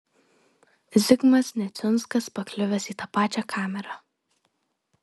zigmas neciunskas pakliuvęs į tą pačią kamerą